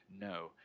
No